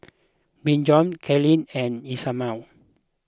Brigid Carlyle and Ismael